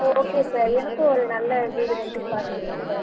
okay sir எனக்கும் ஒரு நல்ல வீடு ரெண்ட்டுக்கு பார்த்து கொடுங்க சார்